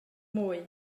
mwy